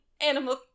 Animal